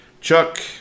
Chuck